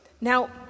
Now